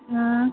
ꯎꯝ